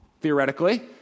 theoretically